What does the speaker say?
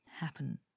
happen